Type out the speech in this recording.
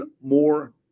more